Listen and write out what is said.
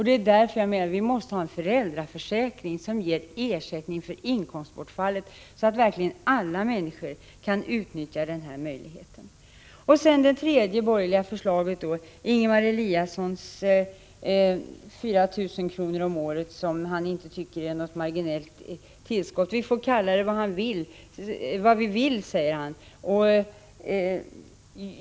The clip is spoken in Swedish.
Det är därför jag menar att vi måste ha en föräldraförsäkring som ger ersättning för inkomstbortfallet, så att verkligen alla människor kan utnyttja den möjligheten. året, som han inte tycker är något marginellt tillskott. Vi får kalla det vad vi vill, säger han.